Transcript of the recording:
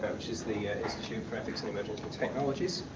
which is the institute for ethics and emerging technologies.